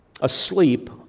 asleep